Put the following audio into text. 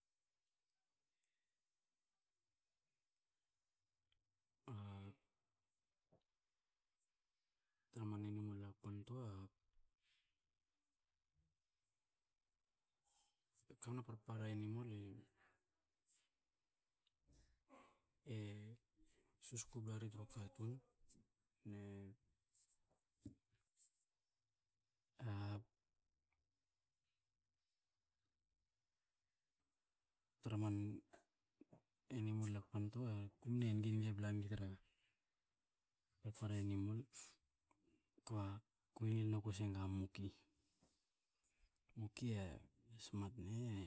tra animal hakpantoa, kamna parpara animal e- e susku blari tru katun, ne tra man animal hakpantoa a ku mne gnegne blangi tra parpara animal. Kba kue ngil noku sen ga muki. Muki e smat ne e